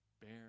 Bear